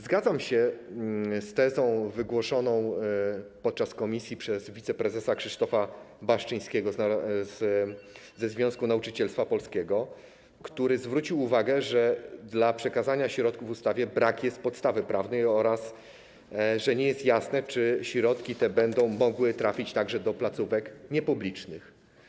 Zgadzam się z tezą wygłoszoną podczas posiedzenia komisji przez wiceprezesa Krzysztofa Baszczyńskiego ze Związku Nauczycielstwa Polskiego, który zwrócił uwagę, że dla przekazania środków w ustawie brak jest podstawy prawnej oraz że nie jest jasne, czy środki te będą mogły trafić także do placówek niepublicznych.